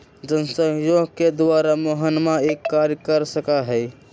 जनसहयोग के द्वारा मोहनवा ई कार्य कर सका हई